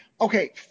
Okay